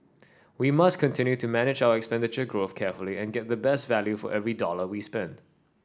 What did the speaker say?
we must continue to manage our expenditure growth carefully and get the best value for every dollar we spend